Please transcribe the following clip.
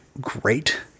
great